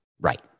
Right